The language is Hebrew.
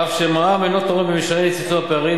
אף שמע"מ אינו תורם במישרין לצמצום הפערים,